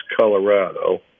Colorado